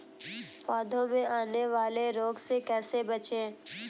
पौधों में आने वाले रोग से कैसे बचें?